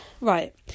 right